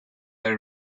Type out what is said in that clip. are